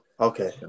Okay